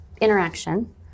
interaction